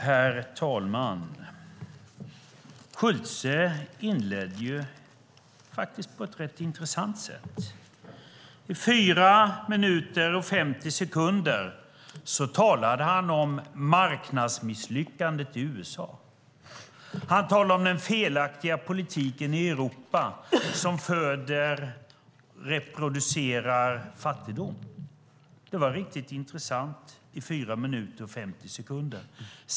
Herr talman! Fredrik Schulte inledde faktiskt på ett rätt intressant sätt. I fyra minuter och 50 sekunder talade han om marknadsmisslyckandet i USA. Han talade om den felaktiga politiken i Europa som föder och reproducerar fattigdom. Det var riktigt intressant i fyra minuter och 50 sekunder.